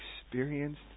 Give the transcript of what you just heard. experienced